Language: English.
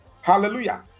Hallelujah